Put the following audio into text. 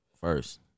first